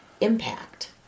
impact